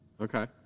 Okay